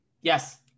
Yes